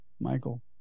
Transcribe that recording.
Michael